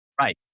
Right